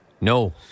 No